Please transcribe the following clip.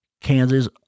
kansas